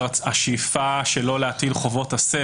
השאיפה שלא להטיל חובות עשה,